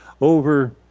over